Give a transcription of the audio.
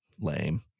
Lame